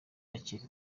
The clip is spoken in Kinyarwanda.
akeka